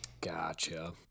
Gotcha